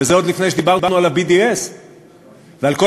וזה עוד לפני שדיברנו על ה-BDS ועל כל